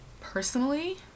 personally